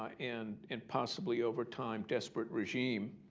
and impossibly overtime, desperate regime,